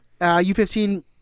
U15